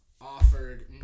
offered